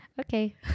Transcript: okay